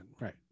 right